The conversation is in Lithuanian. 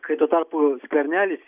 kai tuo tarpu skvernelis